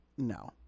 No